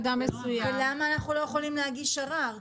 ולמה אנחנו לא יכולים להגיש ערר,